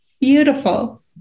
beautiful